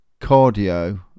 cardio